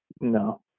no